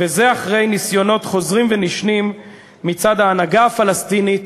וזה אחרי ניסיונות חוזרים ונשנים מצד ההנהגה הפלסטינית